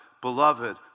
beloved